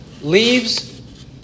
leaves